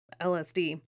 LSD